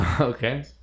Okay